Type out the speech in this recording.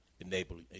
enable